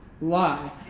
lie